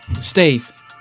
Steve